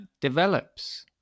develops